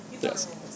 Yes